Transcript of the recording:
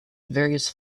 various